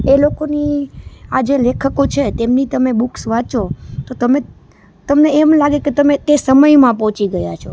એ લોકોની આજે લેખકો છે તેમની તમે બુક્સ વાંચો તો તમે તમને એમ લાગે કે તમે તે સમયમાં પહોંચી ગયા છો